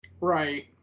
right